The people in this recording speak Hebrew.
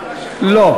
לא.